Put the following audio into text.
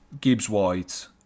Gibbs-White